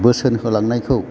बोसोन होलांनायखौ